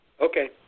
Okay